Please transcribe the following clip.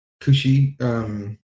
Kushi